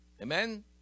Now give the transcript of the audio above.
amen